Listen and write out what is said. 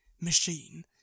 machine